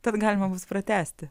tad galima bus pratęsti